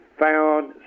found